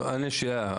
יש לי שאלה,